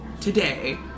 today